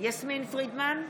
יסמין פרידמן,